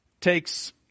takes